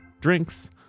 drinks